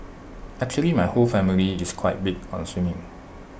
actually my whole family is quite big on swimming